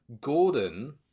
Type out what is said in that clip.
Gordon